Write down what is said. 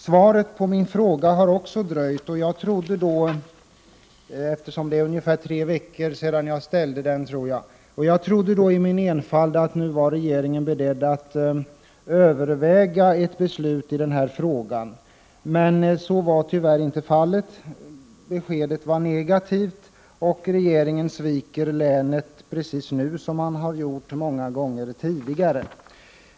Svaret på min fråga har också dröjt — det är nog ungefär tre veckor sedan jag ställde den — och jag trodde därför i min enfald att regeringen nu är beredd att överväga ett beslut i denna fråga. Så är tyvärr inte fallet. Beskedet var negativt. Regeringen sviker länet nu precis som man har gjort många gånger tidigare.